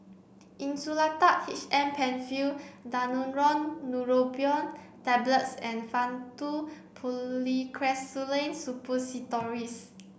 Insulatard H M Penfill Daneuron Neurobion Tablets and Faktu Policresulen Suppositories